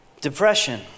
depression